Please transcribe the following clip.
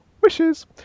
wishes